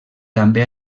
també